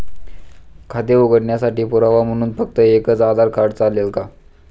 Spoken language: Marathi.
खाते उघडण्यासाठी पुरावा म्हणून फक्त एकच आधार कार्ड चालेल का?